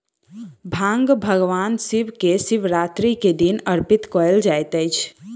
भांग भगवान शिव के शिवरात्रि के दिन अर्पित कयल जाइत अछि